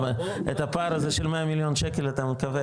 את הפער הזה של מאה מיליון שקל אתה מקבל.